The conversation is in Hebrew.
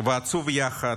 ועצוב יחד,